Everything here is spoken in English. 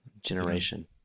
Generation